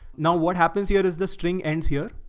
now what happens here is the string ends here.